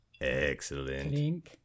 Excellent